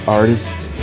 artists